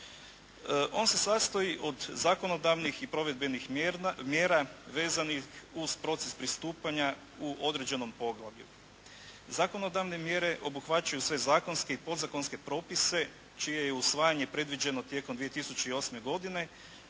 On se sastoji od zakonodavnih i provedbenih mjera vezanih uz proces pristupanja u određenom poglavlju. Zakonodavne mjere obuhvaćaju sve zakonske i podzakonske propise čije je usvajanje predviđeno tijekom 2008. godine,